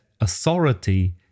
authority